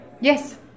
Yes